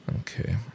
Okay